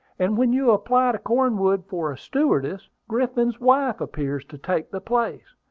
and when you apply to cornwood for a stewardess, griffin's wife appears to take the place.